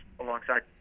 alongside